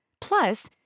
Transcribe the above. Plus